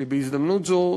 בהזדמנות זו,